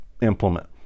implement